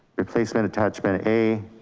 replacement attachment a,